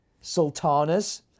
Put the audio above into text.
Sultanas